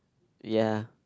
ya